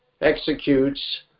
executes